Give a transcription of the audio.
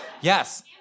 yes